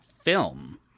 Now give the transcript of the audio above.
film